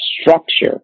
structure